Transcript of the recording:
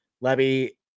Levy